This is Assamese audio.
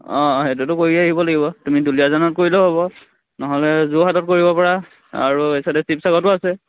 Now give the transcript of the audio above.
অঁ সেইটোতো কৰিয়ে আহিব লাগিব তুমি দুলীয়াজানত কৰিলেও হ'ব নহ'লে যোৰহাটত কৰিব পৰা আৰু এই চাইডে শিৱসাগৰ আছে